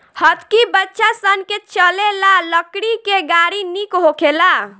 हतकी बच्चा सन के चले ला लकड़ी के गाड़ी निक होखेला